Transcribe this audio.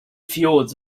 fjords